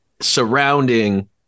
surrounding